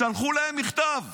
שלחו להם מכתב: